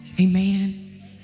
Amen